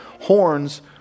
horns